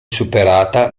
superata